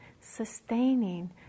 sustaining